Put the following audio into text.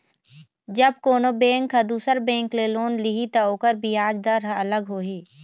जब कोनो बेंक ह दुसर बेंक ले लोन लिही त ओखर बियाज दर ह अलग होही